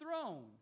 throne